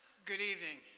good evening.